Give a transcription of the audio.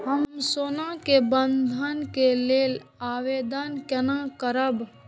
हम सोना के बंधन के लियै आवेदन केना करब?